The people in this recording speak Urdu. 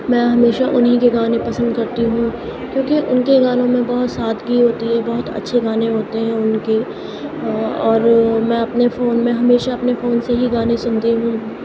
میں ہمیشہ انہیں کے گانے پسند کرتی ہوں کیوں کہ ان کے گانوں میں بہت سادگی ہوتی ہے بہت اچھے گانے ہوتے ہیں ان کے اور میں اپنے فون میں ہمیشہ اپنے فون سے ہی گانے سنتی ہوں